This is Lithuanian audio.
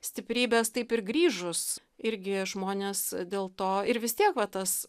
stiprybės taip ir grįžus irgi žmonės dėl to ir vis tiek va tas